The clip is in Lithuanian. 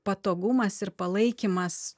patogumas ir palaikymas